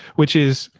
which is,